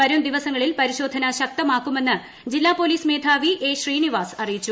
വരും ദിവസങ്ങളിൽ പരിശോധന ശക്തമാക്കുമെന്ന് ജില്ലാ പോലീസ് മേധാവി എ ശ്രീനിവാസ് അറിയിച്ചു